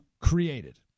created